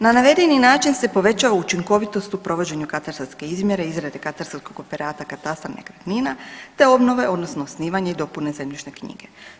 Na navedeni način se povećava učinkovitost u provođenju katastarske izmjere i izrade katastarskog operata katastra nekretnina te obnove odnosno osnivanja i dopune zemljišne knjige.